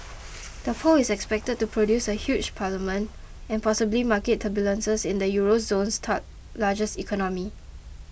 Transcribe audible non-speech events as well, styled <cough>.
the poll is expected to produce a hung parliament and possibly market turbulence in the euro zone's <unintelligible> largest economy